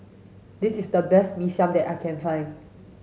this is the best Mee Siam that I can find